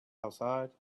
outside